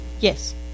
Yes